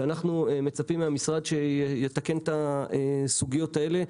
אנחנו מצפים מהמשרד שיתקן את הסוגיות האלה,